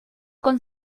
con